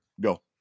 Go